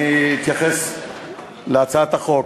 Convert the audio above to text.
אני אתייחס להצעת החוק.